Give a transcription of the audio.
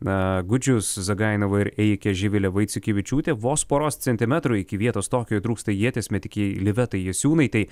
a gudžius zagainova ir ėjikė živilė vaiciukevičiūtė vos poros centimetrų iki vietos tokijuj trūksta ieties metikei livetai jasiūnaitei